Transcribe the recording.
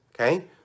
okay